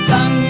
Sun